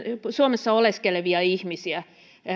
suomessa oleskelevia ihmisiä